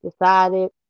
decided